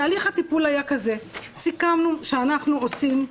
תהליך הטפול היה כזה, סיכמנו שאנחנו עושים,